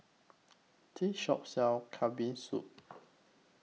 This Shop sells Kambing Soup